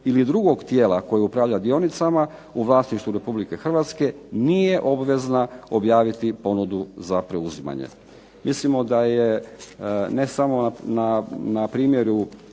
ili drugog tijela koji upravlja dionicama u vlasništvu Republike Hrvatske nije obvezna objaviti ponudu za preuzimanje. Mislimo da je ne samo na primjeru